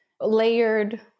Layered